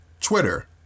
Twitter